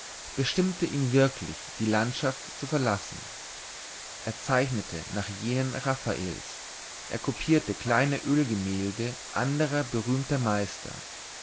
bestimmte ihn wirklich die landschaft zu verlassen er zeichnete nach jenen raffaels er kopierte kleine ölgemälde anderer berühmter meister